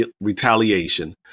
retaliation